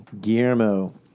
Guillermo